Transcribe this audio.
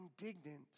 indignant